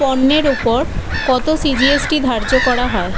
পণ্যের উপর কতো সিজিএসটি ধার্য করা হয়